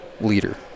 leader